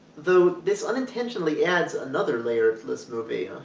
though this unintentionally adds another layer to this movie.